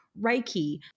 Reiki